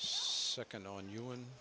second on you and